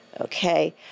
okay